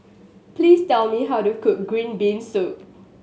please tell me how to cook green bean soup